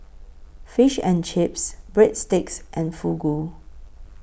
Fish and Chips Breadsticks and Fugu